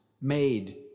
made